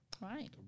Right